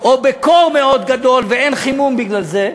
או בקור מאוד גדול, ואין חימום בגלל זה,